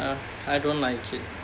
ya I don't like it